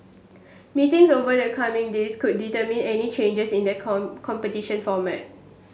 meetings over the coming days could determine any changes in the competition format